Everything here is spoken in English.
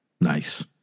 Nice